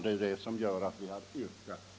Det är det som gör att vi har avstyrkt yrkandet härom.